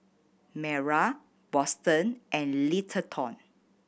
Mayra Boston and Littleton